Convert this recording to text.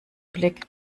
blick